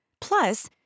Plus